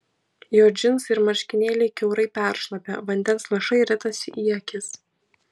jo džinsai ir marškinėliai kiaurai peršlapę vandens lašai ritasi į akis